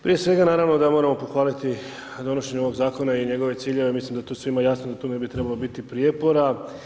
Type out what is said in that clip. Prije svega naravno da moramo pohvaliti donošenje ovog zakona i njegove ciljeve, mislim da je to svima jasno o tome ne bi trebalo biti prijepora.